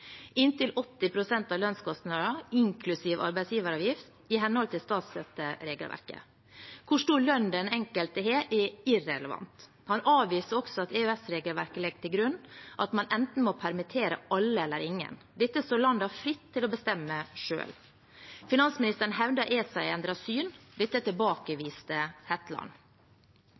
inntil 80 pst. av lønnskostnader, inklusive arbeidsgiveravgift, i henhold til statsstøtteregelverket. Hvor stor lønn den enkelte har, er irrelevant. Han avviser også at EØS-regelverket legger til grunn at man enten må permittere alle eller ingen. Dette står landene fritt til å bestemme selv. Finansministeren hevder ESA har endret syn. Dette tilbakeviste Hetland.